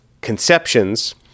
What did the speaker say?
conceptions